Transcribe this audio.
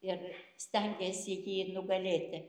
ir stengiasi jį nugalėti